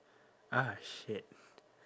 ah shit